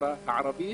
לחברה הערבית.